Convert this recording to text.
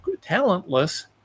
Talentless